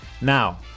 Now